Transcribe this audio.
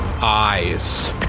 eyes